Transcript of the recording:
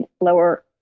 lower